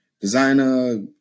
designer